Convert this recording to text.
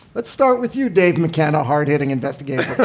let's start with you, dave mckenna. hard-hitting investigation.